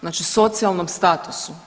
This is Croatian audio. Znači socijalnom statusu.